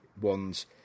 ones